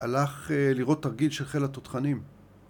הלך לראות תרגיל של חיל התותחנים